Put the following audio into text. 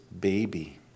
baby